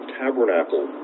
tabernacle